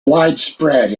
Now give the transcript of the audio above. widespread